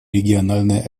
региональные